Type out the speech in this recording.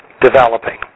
developing